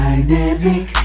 Dynamic